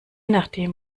nachdem